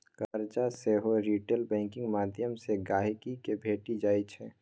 करजा सेहो retail banking माध्यमसँ गांहिकी केँ भेटि जाइ छै